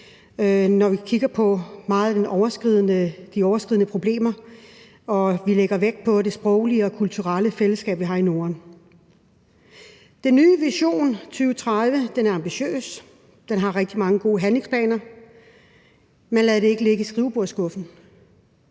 når vi kigger på mange af de grænseoverskridende problemer. Og vi lægger vægt på det sproglige og kulturelle fællesskab, vi har i Norden. Den nye vision 2030 er ambitiøs, og den har rigtig mange gode handleplaner, men lad dem ikke ligge i skrivebordsskuffen.